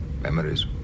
memories